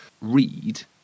read